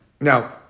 Now